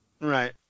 Right